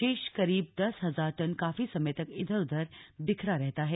शेष करीब दस हजार टन काफी समय तक इधर उधर बिखरा रहता है